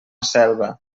selva